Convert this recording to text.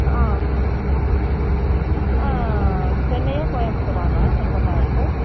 ஆ ஆ சென்னையா கோயம்புத்துாரா மேம் எங்கேமா இருக்குது